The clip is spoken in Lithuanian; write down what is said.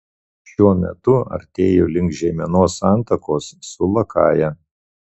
šiuo metu artėju link žeimenos santakos su lakaja